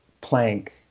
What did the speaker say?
plank